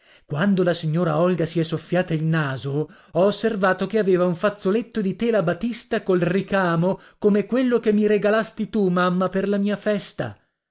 quando la signora olga si è soffiata il naso ho osservato che aveva un fazzoletto di tela batista col ricamo come quello che mi regalasti tu mamma per la mia festa